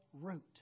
root